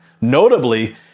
Notably